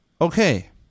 Okay